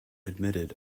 admitted